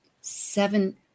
seven